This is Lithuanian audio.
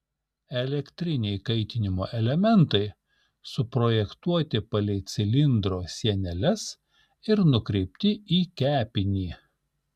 elektriniai kaitinimo elementai suprojektuoti palei cilindro sieneles ir nukreipti į kepinį